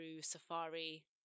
safari